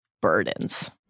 burdens